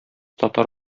татар